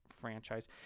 franchise